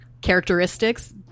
Characteristics